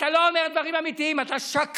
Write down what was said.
אתה לא אומר דברים אמיתיים, אתה שקרן.